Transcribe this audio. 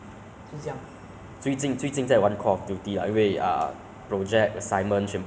term one term two 我没有玩游戏呀我都是 ah